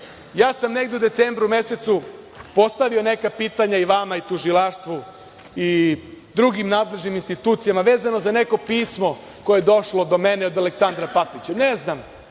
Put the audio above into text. ja sam negde u decembru mesecu postavio neka pitanja i vama i Tužilaštvu i drugim nadležnim institucijama vezano za neko pismo koje je došlo do mene od Aleksandra Papića. Ne znam.